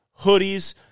hoodies